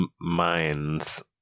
minds